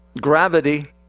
gravity